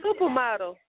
supermodel